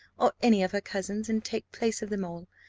or any of her cousins, and take place of them all.